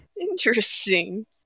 Interesting